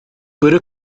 bwrw